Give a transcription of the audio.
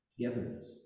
togetherness